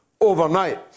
Overnight